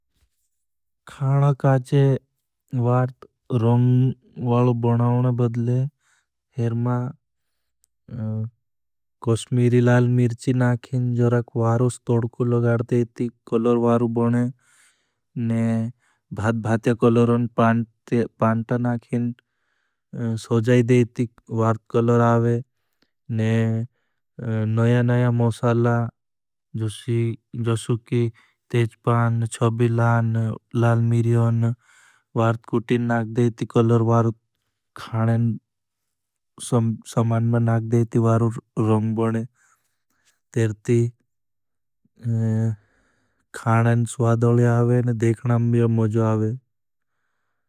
खाना काछे वार्थ रंग वाल बनाओने बदले हेर मां कोश्मीरी लाल मिर्ची नाखें जोरक वारू स्थोडकु लगाड़ते इती कोलर वारू बने ने भाद-भादया कोलरों पांटा नाखें सोजाई दे इती वार्थ कोलर आवे ने नया-नया मोसाला जोशुकी, तेजपान, छबीला, लाल मिर्यों वार्थ कुटी नाखें इती कोलर वारू खानें समान में नाखें इती वारू रंग बने तेर ती खानें स्वाद अले आवे ने देखना में भी मज़ो आवे।